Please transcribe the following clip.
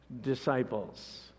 disciples